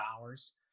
hours